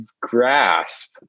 grasp